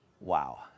Wow